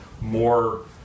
more